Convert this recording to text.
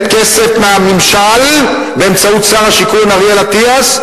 כסף מהממשל באמצעות שר השיכון אריאל אטיאס,